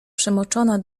przemoczona